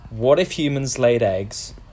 whatifhumanslaideggs